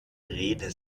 rede